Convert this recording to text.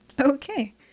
Okay